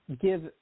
give